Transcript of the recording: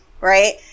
Right